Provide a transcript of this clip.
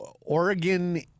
Oregon